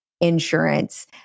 insurance